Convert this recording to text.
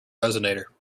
resonator